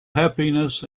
happiness